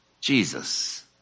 Jesus